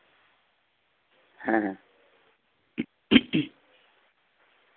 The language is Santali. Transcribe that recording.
ᱦᱮᱸ